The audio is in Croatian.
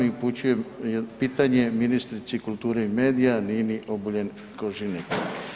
Upućujem pitanje ministrici kulture i medija Nini Oboljen Koržinek.